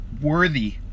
worthy